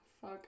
Fuck